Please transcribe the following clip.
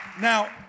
now